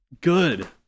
good